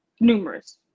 numerous